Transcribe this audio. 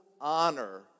honor